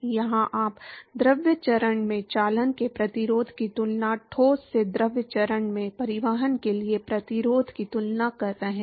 यहां आप द्रव चरण में चालन के प्रतिरोध की तुलना ठोस से द्रव चरण में परिवहन के लिए प्रतिरोध की तुलना कर रहे हैं